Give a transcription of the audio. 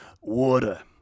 water